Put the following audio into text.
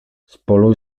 spolu